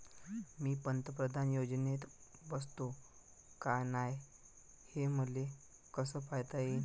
मी पंतप्रधान योजनेत बसतो का नाय, हे मले कस पायता येईन?